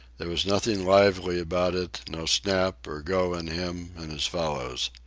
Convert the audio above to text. there was nothing lively about it, no snap or go in him and his fellows.